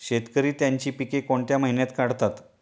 शेतकरी त्यांची पीके कोणत्या महिन्यात काढतात?